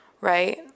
right